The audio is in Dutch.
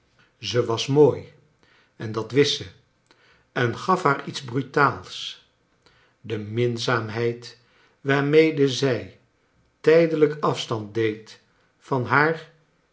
zij was mooi en dat wist ze en gaf haar iets brutaals de minzaamheid waarmede zij tijdelrjk af stand deed van haar